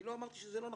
לא אמרתי שלא.